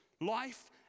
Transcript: life